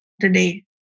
today